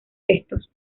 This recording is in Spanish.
estos